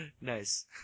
Nice